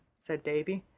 said davy,